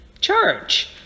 church